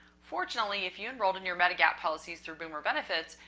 fortunately, if you enrolled in your medigap policies through boomer benefits,